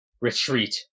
Retreat